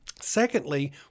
Secondly